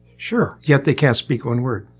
sure. yet they can't speak one word.